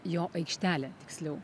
jo aikštelę tiksliau